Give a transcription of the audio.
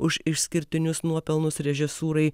už išskirtinius nuopelnus režisūrai